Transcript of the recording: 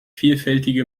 vielfältige